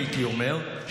הייתי אומר,